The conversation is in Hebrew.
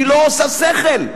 היא לא עושה שכל.